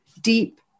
deep